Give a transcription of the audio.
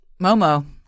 Momo